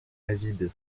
avide